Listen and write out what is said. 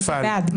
נפל.